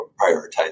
prioritize